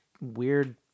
weird